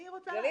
גלית,